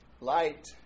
Light